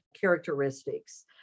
characteristics